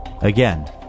Again